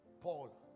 Paul